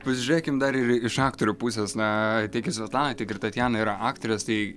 pasižiūrėkim dar ir ir iš aktorių pusės naa tiek ir svetlana tiek ir tatjana yra aktorės tai